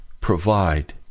provide